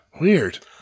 Weird